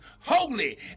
holy